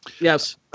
Yes